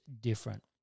different